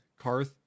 karth